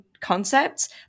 concepts